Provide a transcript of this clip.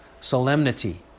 solemnity